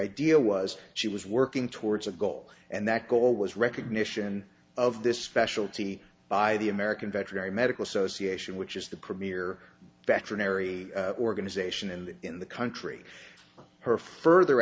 idea was she was working towards a goal and that goal was recognition of this specialty by the american veterinary medical association which is the premier veterinary organization and in the country her further